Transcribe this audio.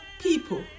people